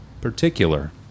particular